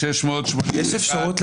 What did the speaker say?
רוויזיה על הסתייגויות 3620-3601,